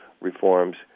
reforms